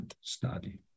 study